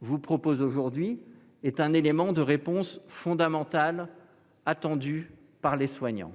vous propose aujourd'hui, est un élément de réponse fondamental attendu par les soignants.